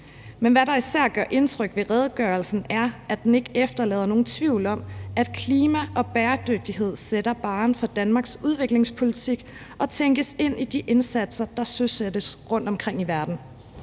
Men hvad, der især gør indtryk ved redegørelsen, er, at den ikke efterlader nogen tvivl om, at klima og bæredygtighed sætter barren for Danmarks udviklingspolitik og tænkes ind i de indsatser, der søsættes rundtomkring i verden.